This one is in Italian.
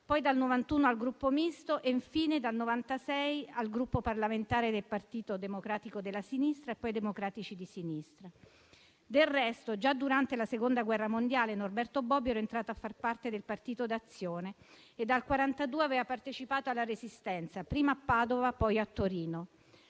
poi, dal 1991 al Gruppo Misto e infine dal 1996 al Gruppo parlamentare del Partito Democratico della Sinistra, poi Democratici di Sinistra. Del resto, già durante la Seconda guerra mondiale, Norberto Bobbio era entrato a far parte del Partito d'Azione e dal 1942 aveva partecipato alla Resistenza, prima a Padova, poi a Torino.